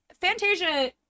Fantasia